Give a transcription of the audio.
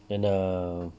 and err